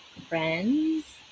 friends